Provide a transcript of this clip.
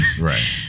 Right